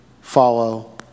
follow